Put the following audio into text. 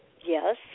yes